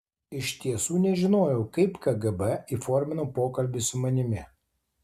iš tiesų nežinojau kaip kgb įformino pokalbį su manimi